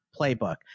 playbook